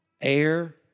air